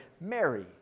Mary